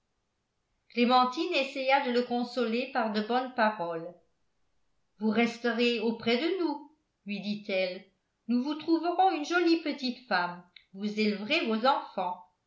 clémentine essaya de le consoler par de bonnes paroles vous resterez auprès de nous lui dit-elle nous vous trouverons une jolie petite femme vous élèverez vos enfants